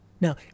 Now